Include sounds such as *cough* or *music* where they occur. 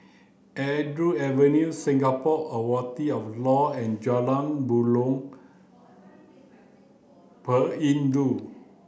Andrews Avenue Singapore *unintelligible* of Law and Jalan Buloh Perindu